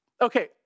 Okay